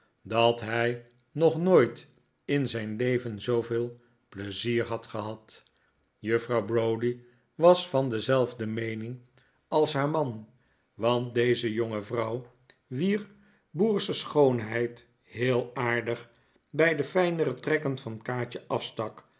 dat hij nog nooit in zijn leven zooveel pleizier had gehad juffrouw browdie was van dezelfde meening als haar man want deze jonge vrouw wier boersche schoonheid heel aardig bij de fijnere trekken van kaatje afstak